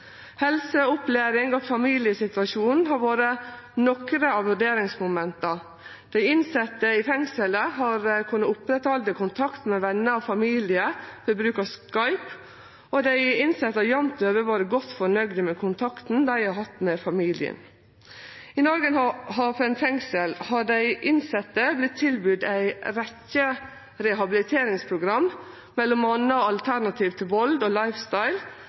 Helse, opplæring og familiesituasjon har vore nokre av vurderingsmomenta. Dei innsette i fengselet har kunna halde ved lag kontakten med vener og familie ved bruk av Skype, og dei innsette har jamt over vore godt fornøgde med kontakten dei har hatt med familien. I Norgerhaven fengsel har dei innsette vore tilbydd ei rekkje rehabiliteringsprogram, m.a. Alternativ til Vold og